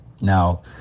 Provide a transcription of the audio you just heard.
Now